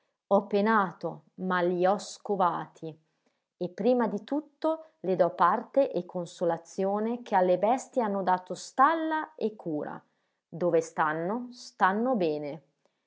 ho penato ma li ho scovati e prima di tutto le do parte e consolazione che alle bestie hanno dato stalla e cura dove stanno stanno bene